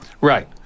Right